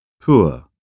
Poor